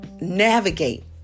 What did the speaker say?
navigate